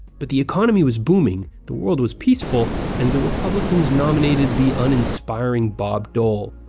but the economy was booming, the world was peaceful, and the republicans nominated the uninspiring bob dole,